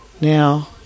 Now